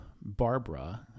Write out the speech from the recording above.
Barbara